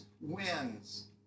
wins